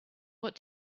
what